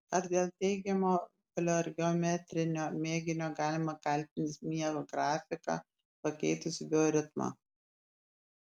ar dėl teigiamo veloergometrinio mėginio galima kaltinti miego grafiką pakeitusį bioritmą